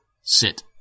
Sit